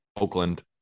Oakland